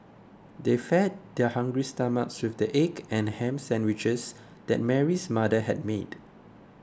they fed their hungry stomachs with the egg and ham sandwiches that Mary's mother had made